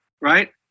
right